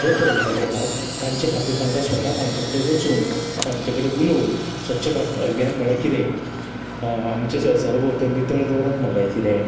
जें पर्यटक येतात तांचे खातीर तांकां स्वता तांचे कडेन वचून तांचे कडेन उलोवन स्वच्छ भारत अभियान म्हळ्यार कितें आमचें सर सरभोवतणी नितळ दवरप म्हळ्यार कितें